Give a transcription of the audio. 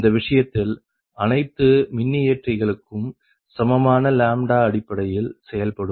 இந்த விஷயத்தில் அனைத்து மின்னியற்றிகளும் சமமான λ அடிப்படையில் செயல்படும்